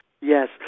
Yes